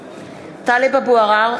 (קוראת בשמות חברי הכנסת) טלב אבו עראר,